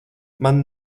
man